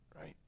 Right